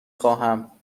خواهم